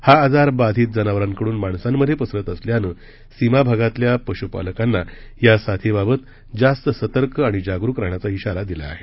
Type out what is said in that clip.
हा आजार बाधित जनावरांकडून माणसांमध्ये पसरत असल्यानं सीमा भागातल्या पशुपालकांना या साथीबाबत जास्त सतर्क आणि जागरूक राहण्याचा इशारा दिला आहे